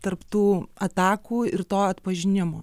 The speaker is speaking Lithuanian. tarp tų atakų ir to atpažinimo